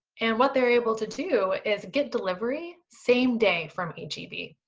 and what they're able to do is get delivery same day from h e b.